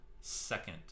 second